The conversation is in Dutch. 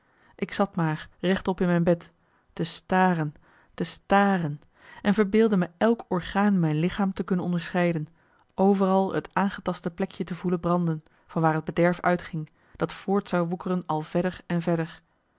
ik zat maar recht op in mijn bed te staren te staren en verbeeldde me elk orgaan in mijn lichaam te kunnen onderscheiden overal het aangetaste plekje te voelen branden van waar het bederf uitging dat voort zou woekeren al verder en verder